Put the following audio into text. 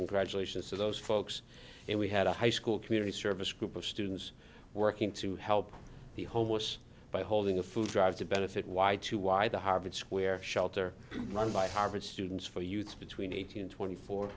congratulations to those folks and we had a high school community service group of students working to help the homeless by holding a food drive to benefit y to y the harvard square a shelter run by harvard students for youths between eighteen and twenty four